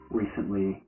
recently